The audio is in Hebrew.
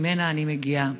שממנה אני מגיעה.